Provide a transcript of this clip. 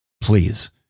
please